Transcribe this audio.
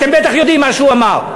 אתם בטח יודעים מה שהוא אמר.